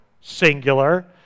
singular